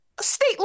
State